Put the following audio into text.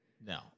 No